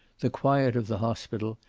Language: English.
the quiet of the hospital,